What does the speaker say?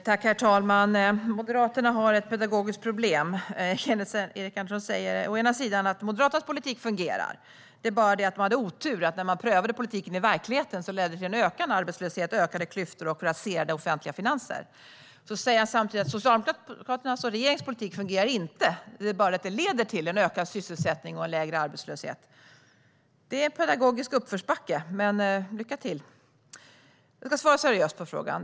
Herr talman! Moderaterna har ett pedagogiskt problem. Erik Andersson säger att Moderaternas politik fungerar men att man hade otur när politiken prövades i verkligheten och ledde till en ökad arbetslöshet, ökade klyftor och raserade offentliga finanser. Samtidigt säger han att Socialdemokraternas och regeringens politik inte fungerar. Men den leder ändå till en ökad sysselsättning och en lägre arbetslöshet. Det är en pedagogisk uppförsbacke. Men lycka till! Jag ska svara seriöst på frågan.